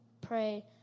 pray